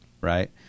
right